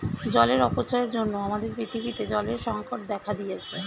জলের অপচয়ের জন্য আমাদের পৃথিবীতে জলের সংকট দেখা দিয়েছে